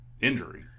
injury